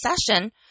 session